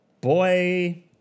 boy